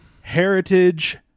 Heritage